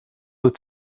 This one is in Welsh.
wyt